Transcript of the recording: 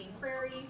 Prairie